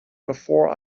before